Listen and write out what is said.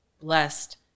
blessed